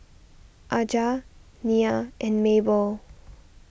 Aja Nyah and Mabell